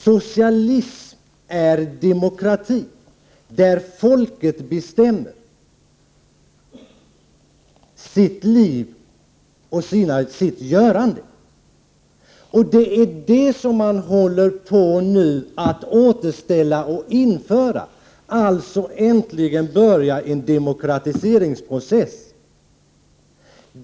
Socialism är demokrati, där folket bestämmer om sina liv och sina göranden. Det är det som man håller på att återställa och införa nu, alltså äntligen börja en demokratiseringsprocess.